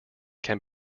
can